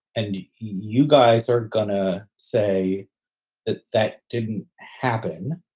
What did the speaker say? and you guys are going to say that that didn't happen.